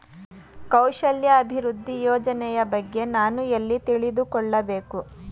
ಕೌಶಲ್ಯ ಅಭಿವೃದ್ಧಿ ಯೋಜನೆಯ ಬಗ್ಗೆ ನಾನು ಎಲ್ಲಿ ತಿಳಿದುಕೊಳ್ಳಬೇಕು?